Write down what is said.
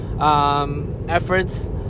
efforts